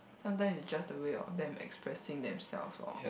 sometimes is just the way of them expressing themselves lor